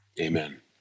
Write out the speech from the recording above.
Amen